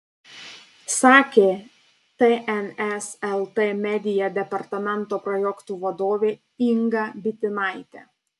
sakė tns lt media departamento projektų vadovė inga bitinaitė